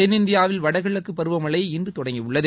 தென்னிந்தியாவில் வடகிழக்கு பருவ மழை இன்று தொடங்கியுள்ளது